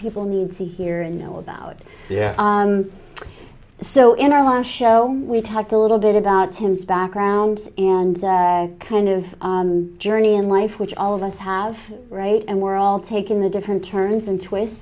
people need to hear and know about so in our last show we talked a little bit about him background and kind of journey in life which all of us have right and we're all taking the different turns and twists